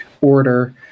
order